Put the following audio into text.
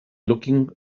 looking